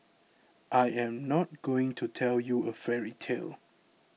I am not going to tell you a fairy tale